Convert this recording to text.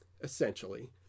essentially